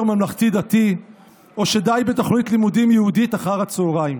ממלכתי-דתי או שדי בתוכנית לימודים ייעודית אחר הצוהריים.